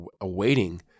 awaiting